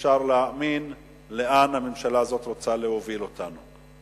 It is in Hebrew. שאי-אפשר להאמין לאן הממשלה הזאת רוצה להוביל אותנו.